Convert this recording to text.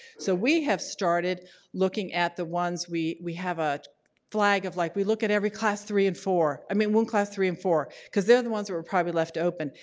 so we have started looking at the ones we we have a flag of like we look at every class three and four. i mean, one class three and four. because they're the ones that were probably left open.